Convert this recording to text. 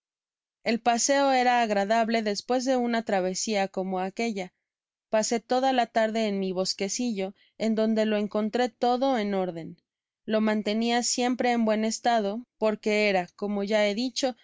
el paseo era agradable despues de una travesía como aquella pasé toda la tarde en mi bosquecillo en donde lo encontré todo en órden lo mantenia siempre en buen estado porque era como ya he dicho